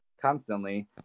constantly